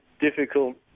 difficult